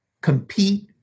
compete